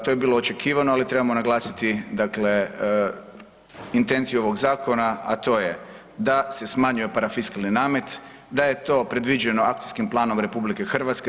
To je bilo očekivano, ali trebamo naglasiti, dakle intenciju ovog zakona, a to je da se smanjio parafiskalni namet, da je to predviđeno akcijskim planom RH.